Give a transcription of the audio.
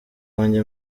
wanjye